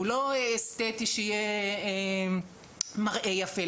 הוא לא אסתטי כדי שיהיה לבן אדם מראה יפה.